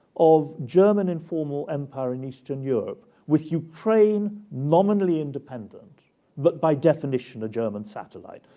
of german informal empire in eastern europe with ukraine nominally independent but by definition a german satellite.